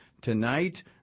tonight